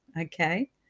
okay